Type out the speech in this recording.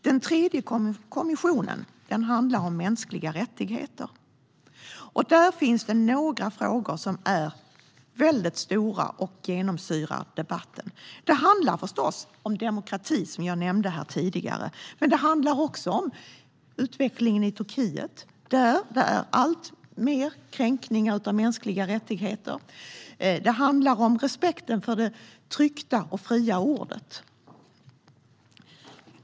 Den tredje kommittén handlar om mänskliga rättigheter. Där finns några stora frågor som genomsyrar debatten. Det handlar om demokrati, som jag nämnde tidigare, men det handlar också om utvecklingen i Turkiet, där allt fler kränkningar av mänskliga rättigheter sker, och om respekten för det tryckta och fria ordet.